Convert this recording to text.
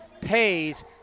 pays